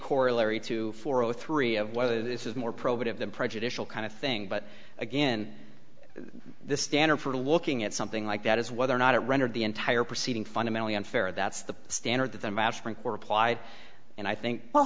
corollary to four o three of whether this is more probative than prejudicial kind of thing but again the standard for looking at something like that is whether or not it rendered the entire proceeding fundamentally unfair that's the standard that the match frank were applied and i think we'll